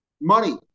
Money